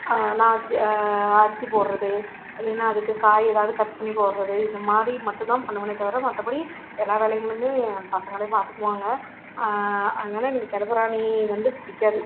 நான் அரிசி போடுறது இல்லைன்னா அதுக்கு காய் எதாவது கட் பண்ணி போடுறது இதுமாதிரி மற்றதுலாம் பண்ணுவேனே தவிர மற்றபடி எல்லா வேலைகளுமே என் பசங்களே பார்த்துக்குவாங்க அதனால் எனக்கு செல்லப்பிராணி வந்து பிடிக்காது